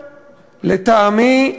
לטעמי,